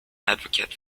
advocate